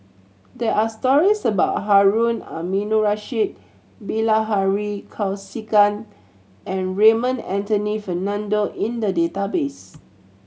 there are stories about Harun Aminurrashid Bilahari Kausikan and Raymond Anthony Fernando in the database